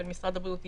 של משרד הבריאות,